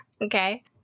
okay